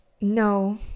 no